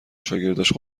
شاگرداش